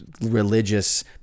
religious